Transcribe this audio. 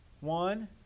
one